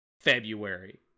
February